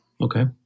Okay